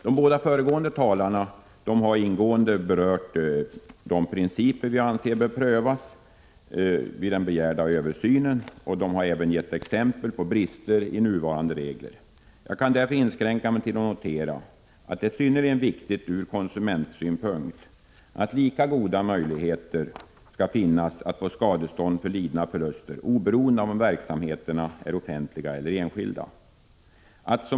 De båda föregående talarna har ingående berört de principer vi anser bör prövas vid den begärda översynen. De har även gett exempel på brister i nuvarande regler. Jag kan därför inskränka mig till att notera att det är synnerligen viktigt ur konsumentsynpunkt att lika goda möjligheter att få skadestånd för lidna förluster skall finnas, oberoende av om verksamheterna är offentliga eller enskilda.